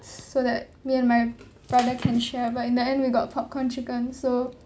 so that me and my brother can share but in the end we got popcorn chicken so